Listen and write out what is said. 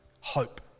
Hope